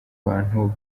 bantu